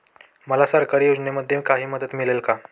मला सरकारी योजनेमध्ये काही मदत मिळेल का?